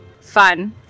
Fun